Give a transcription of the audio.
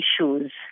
issues